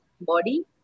body